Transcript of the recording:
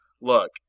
look